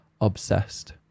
obsessed